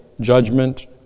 judgment